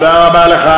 תודה רבה לך.